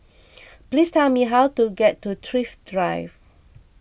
please tell me how to get to Thrift Drive